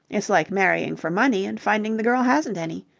it's like marrying for money and finding the girl hasn't any.